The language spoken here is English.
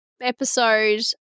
episode